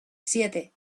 siete